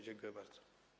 Dziękuję bardzo.